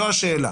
זו השאלה.